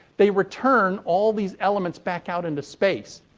they return all these elements back out into space.